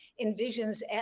envisions